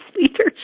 leadership